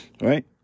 right